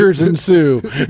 ensue